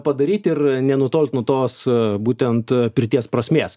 padaryt ir nenutolt nuo tos būtent pirties prasmės